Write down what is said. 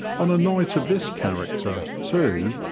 on a night of this character, too,